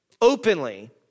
openly